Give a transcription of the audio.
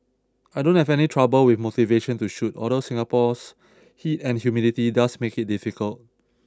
I don't have any trouble with motivation to shoot although Singapore's heat and humidity does make it difficult